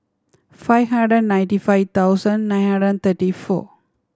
five hundred and ninety five thousand nine hundred and thirty four